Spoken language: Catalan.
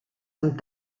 amb